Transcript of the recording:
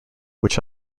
which